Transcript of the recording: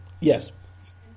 Yes